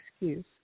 excuse